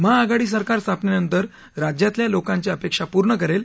महाआघाडी सरकार स्थापनेनंतर राज्यातल्या लोकांच्या अपेक्षा पूर्ण करेल